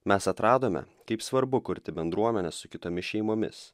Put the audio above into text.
mes atradome kaip svarbu kurti bendruomenę su kitomis šeimomis